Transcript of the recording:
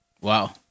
Wow